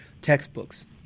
textbooks